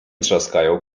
trzaskają